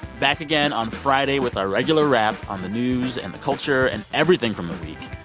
back again on friday with our regular wrap on the news and the culture and everything from the week.